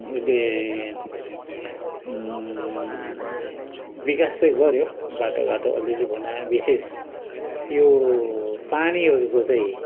उसले विकास चाहिँ गर्यो बाटोघाटो अलिअलि बनायो विशेष यो पानीहरूको चाहिँ